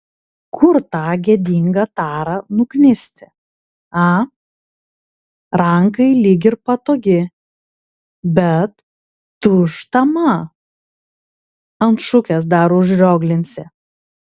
kur tą gėdingą tarą nuknisti a rankai lyg ir patogi bet dūžtama ant šukės dar užrioglinsi